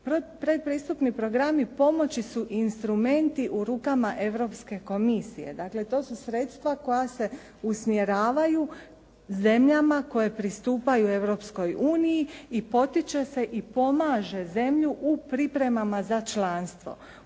Predpristupni programi pomoći su instrumenti u rukama Europske komisije, dakle to su sredstva koja se usmjeravaju zemljama koje pristupaju Europskoj uniji i potiče se i pomaže zemlju u pripremama za članstvo.